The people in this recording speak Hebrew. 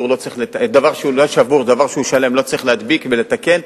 דבר שהוא לא שבור לא צריך להדביק ולתקן.